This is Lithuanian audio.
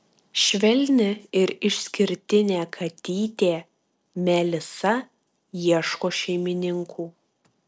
švelni ir išskirtinė katytė melisa ieško šeimininkų